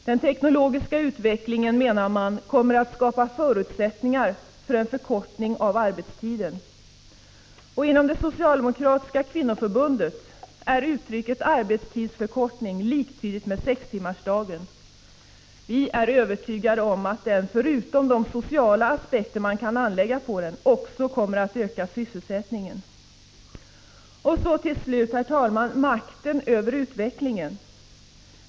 Den teknologiska utvecklingen kommer, menar utskottet, att skapa förutsättningar för en förkortning av arbetstiden. Inom det socialdemokratiska kvinnoförbundet är uttrycket arbetstidsförkortning liktydigt med sextimmarsdagen. Vi är övertygade om att den, förutom de sociala aspekter som man kan anlägga på den, också kommer att öka sysselsättningen. Till slut, herr talman, gäller det makten över utvecklingen.